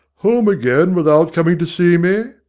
home again without coming to see me!